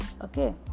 Okay